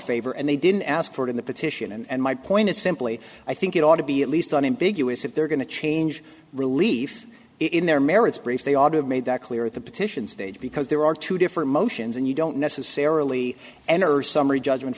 favor and they didn't ask for it in the petition and my point is simply i think it ought to be at least an ambiguous if they're going to change relief in their merits brief they ought to have made that clear at the petition stage because there are two different motions and you don't necessarily enter a summary judgment